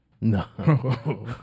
No